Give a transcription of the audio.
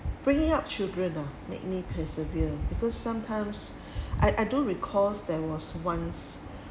bringing up children ah make me persevere because sometimes I I do recalls there was once